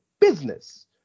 business